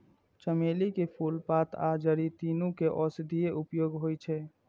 चमेली के फूल, पात आ जड़ि, तीनू के औषधीय उपयोग होइ छै